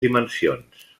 dimensions